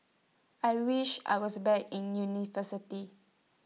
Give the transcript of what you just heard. I wish I was back in university